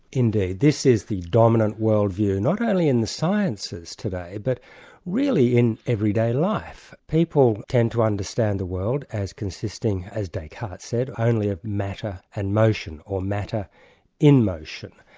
indeed. this is the dominant world view, not only in the sciences today, but really in everyday life. people tend to understand the world as consisting, as descartes said, only of matter and motion, or matter in motion.